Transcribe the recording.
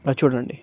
చూడండి